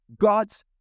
God's